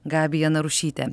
gabija narušytė